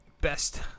best